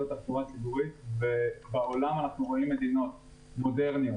התחבורה הציבורית ובעולם אנחנו רואים מדינות מודרניות